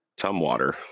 tumwater